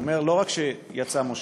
הוא אומר: לא רק שיצא משה,